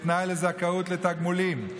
כתנאי לזכאות לתגמולים,